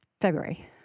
February